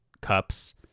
cups